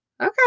Okay